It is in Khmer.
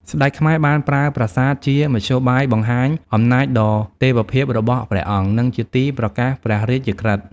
ស្ដេចខ្មែរបានប្រើប្រាសាទជាមធ្យោបាយបង្ហាញអំណាចដ៏ទេវភាពរបស់ព្រះអង្គ និងជាទីប្រកាសព្រះរាជក្រឹត្យ។